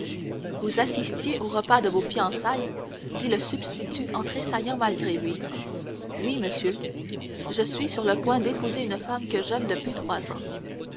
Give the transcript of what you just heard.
vous assistiez au repas de vos fiançailles dit le substitut en tressaillant malgré lui oui monsieur je suis sur le point d'épouser une femme que j'aime depuis trois ans